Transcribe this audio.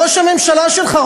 ראש הממשלה שלך,